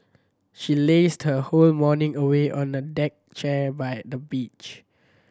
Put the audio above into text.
she lazed her whole morning away on a deck chair by the beach